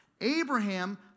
Abraham